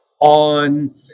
on